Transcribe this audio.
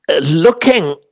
looking